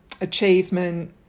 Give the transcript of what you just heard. achievement